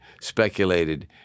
speculated